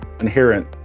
inherent